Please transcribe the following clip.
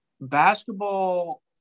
basketball –